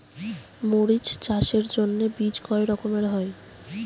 মরিচ চাষের জন্য বীজ কয় রকমের হয়?